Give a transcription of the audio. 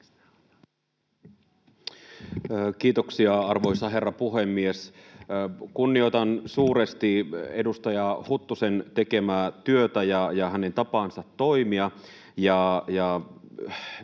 Kiitoksia, arvoisa herra puhemies! Kunnioitan suuresti edustaja Huttusen tekemää työtä ja hänen tapaansa toimia,